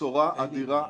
בשורה אדירה.